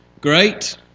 Great